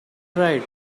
cried